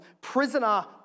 Prisoner